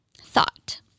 thought